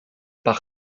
par